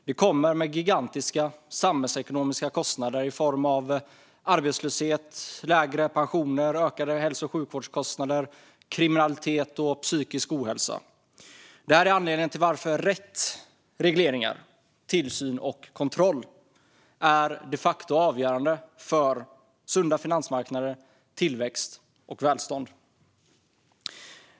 De kommer med gigantiska samhällsekonomiska kostnader i form av arbetslöshet, lägre pensioner, ökade hälso och sjukvårdskostnader, ökad kriminalitet och ökad psykisk ohälsa. Det är anledningen till att rätt regleringar, tillsyn och kontroll de facto är avgörande för sunda finansmarknader, tillväxt och välstånd.